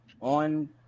on